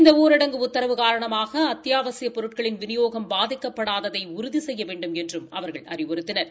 இந்த ஊரடங்கு உத்தரவு காரணமாக அத்தியாவசியப் பொருட்களின் விநியோகம் பாதிக்கப்படாததை உறுதி செய்ய வேண்டுமென்றும் அவர்கள் அறிவுறுத்தினர்